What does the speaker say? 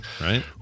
Right